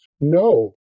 No